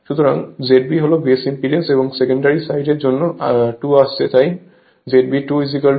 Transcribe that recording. সুতরাং ZB হল base impedance এবং সেকেন্ডারি সাইড এর জন্য 2 আসছে তাই ZB 2 V2I2